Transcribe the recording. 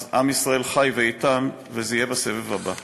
אז, עם ישראל חי ואיתן, וזה יהיה בסבב הבא.